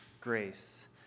grace